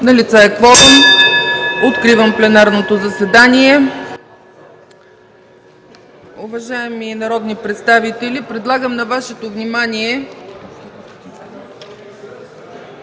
Налице е кворум. Откривам пленарното заседание. (Звъни.) Уважаеми народни представители, предлагам на Вашето внимание